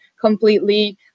completely